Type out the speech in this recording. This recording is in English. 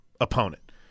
opponent